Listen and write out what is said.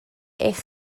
eich